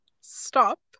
stop